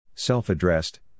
Self-addressed